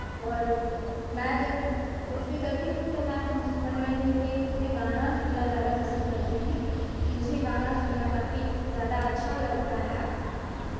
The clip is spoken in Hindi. और मैं जब कुछ भी करती हूँ तो मैं मनोरंजन के उसमें गाना सुनना ज़्यादा पसंद करती हूँ मुझे गाना सुनना काफी ज़्यादा अच्छा लगता है